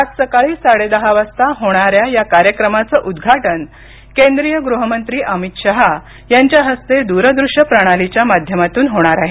आज सकाळी साडे दहा वाजता होणाऱ्या या कार्यक्रमाचं उद्घाटन केंद्रीय गृहमंत्री अमित शहा यांच्या हस्ते द्रदृश्य प्रणालीच्या माध्यमातून होणार आहे